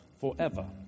forever